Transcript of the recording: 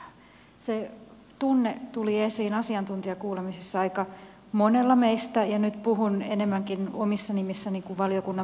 se tunne tuli esiin asiantuntijakuulemisissa aika monella meistä ja nyt puhun enemmänkin omissa nimissäni kuin valiokunnan puheenjohtajana